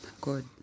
Good